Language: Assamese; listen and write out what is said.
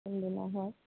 কোনদিনা হয়